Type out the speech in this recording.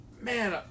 man